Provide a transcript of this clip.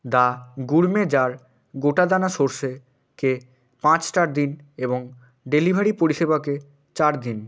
দা Gourmet Jar গোটা দানা সর্ষেকে পাঁচ স্টার দিন এবং ডেলিভারি পরিষেবাকে চার দিন